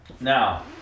Now